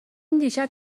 دیشب